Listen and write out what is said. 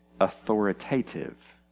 authoritative